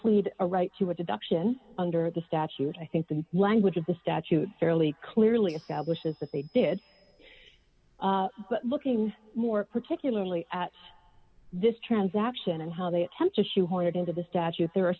plead a right to a deduction under the statute i think the language of the statute fairly clearly establishes that they did but looking more particularly at this transaction and how they attempt to shoehorn it into the statute there are